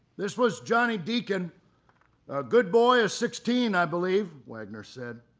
this was johnny deaken, a good boy of sixteen i believe, wagoner said.